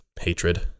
hatred